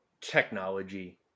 technology